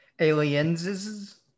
Aliens